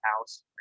house